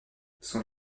son